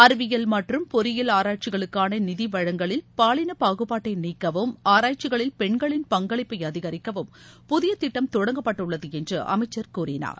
அறிவியல் மற்றும் பொறியியல் ஆராய்ச்சிகளுக்கான நிதி வழங்கலில் பாலின பாகுபாட்டை நீக்கவும் ஆராய்ச்சிகளில் பெண்களின் பங்களிப்பை அதிகரிக்கவும் புதிய திட்டம் தொடங்கப்பட்டுள்ளது என்று அமைச்சர் கூறினார்